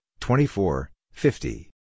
2450